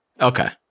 Okay